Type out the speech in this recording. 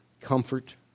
comfort